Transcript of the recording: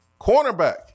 Cornerback